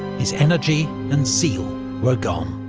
his energy and zeal were gone.